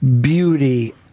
beauty